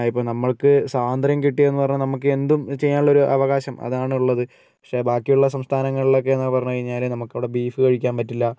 ഇപ്പം നമ്മൾക്ക് സ്വാതന്ത്ര്യം കിട്ടിയത് എന്ന് പറഞ്ഞാൽ നമുക്ക് എന്തും ചെയ്യാനുള്ള അവകാശം അതാണുള്ളത് പക്ഷെ ബാക്കിയുള്ള സംസ്ഥാനങ്ങളിലൊക്കെ എന്ന് പറഞ്ഞു കഴിഞ്ഞാൽ നമുക്ക് അവിടെ ബീഫ് കഴിക്കാൻ പറ്റില്ല